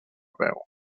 peu